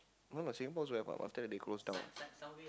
no no Singapore also have what what's that they close down